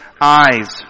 eyes